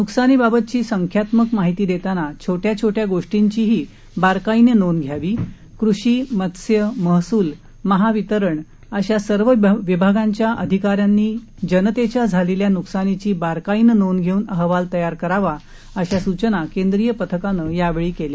नुकसानीबाबतची संख्यात्मक माहिती देताना छोट्या छोट्या गोष्टींचीही बारकाईने नोंद घ्यावी कृषी मत्स्य महसूल महावितरण अशा सर्व विभागांच्या अधिकाऱ्यांनी जनतेच्या झालेल्या नुकसानीची बारकाईनं नोंद घेऊन अहवाल तयार करावा अशा सूचना केंद्रीय पथकानं यावेळी केल्या